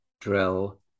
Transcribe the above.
drill